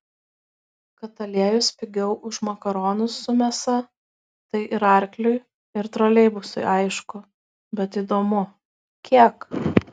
kad aliejus pigiau už makaronus su mėsa tai ir arkliui ir troleibusui aišku bet įdomu kiek